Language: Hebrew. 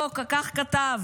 כך כתב